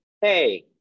hey